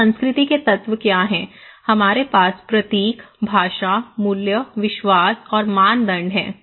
तो संस्कृति के तत्व क्या हैं हमारे पास प्रतीक भाषा मूल्य विश्वास और मानदंड हैं